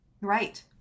right